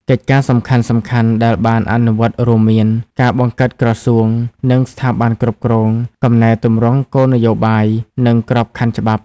កិច្ចការសំខាន់ៗដែលបានអនុវត្តរួមមាន ការបង្កើតក្រសួង និងស្ថាប័នគ្រប់គ្រង កំណែទម្រង់គោលនយោបាយ និងក្របខណ្ឌច្បាប់។